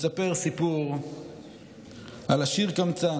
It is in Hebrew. מספר סיפור על עשיר קמצן